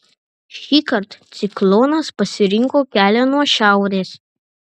šįkart ciklonas pasirinko kelią nuo šiaurės